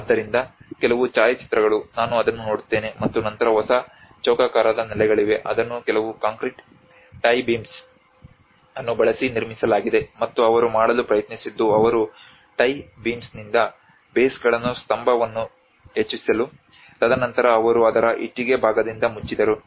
ಆದ್ದರಿಂದ ಕೆಲವು ಛಾಯಾಚಿತ್ರಗಳು ನಾನು ಅದನ್ನು ನೋಡುತ್ತೇನೆ ಮತ್ತು ನಂತರ ಹೊಸ ಚೌಕಾಕಾರದ ನೆಲೆಗಳಿವೆ ಅದನ್ನು ಕೆಲವು ಕಾಂಕ್ರೀಟ್ ಟೈ ಬೀಮ್ಸ್ ಅನ್ನು ಬಳಸಿ ನಿರ್ಮಿಸಲಾಗಿದೆ ಮತ್ತು ಅವರು ಮಾಡಲು ಪ್ರಯತ್ನಿಸಿದ್ದು ಅವರು ಟೈ ಬೀಮ್ಸ್ನಿಂದ ಬೇಸ್ಗಳನ್ನು ಸ್ತಂಭವನ್ನು ಹೆಚ್ಚಿಸಲು ತದನಂತರ ಅವರು ಅದರ ಇಟ್ಟಿಗೆ ಭಾಗದಿಂದ ಮುಚ್ಚಿದರು